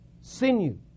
sinew